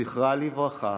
זכרה לברכה,